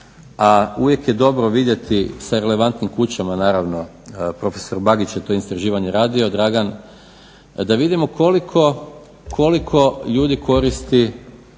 uvijek je dobro vidjeti sa relevantnim kućama naravno, prof. Bagić je to istraživanje radio, Dragan, da vidimo koliko ljudi koristi